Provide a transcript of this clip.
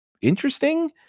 interesting